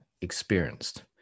experienced